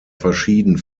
verschieden